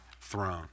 throne